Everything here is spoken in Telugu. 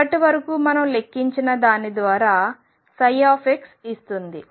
ఇప్పటివరకు మనం లెక్కించిన దాని ద్వారా ψ ఇస్తుంది